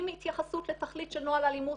עם התייחסות לתכלית של נוהל אלימות,